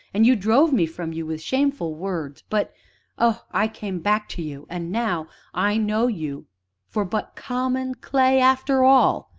and you drove me from you with shameful words but oh i came back to you. and now i know you for but common clay, after all,